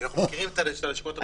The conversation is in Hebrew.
כי אנחנו מכירים את הלשכות המחוזיות.